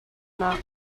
nak